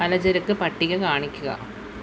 പലചരക്ക് പട്ടിക കാണിക്കുക